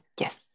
Yes